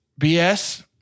BS